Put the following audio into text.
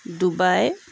Dubai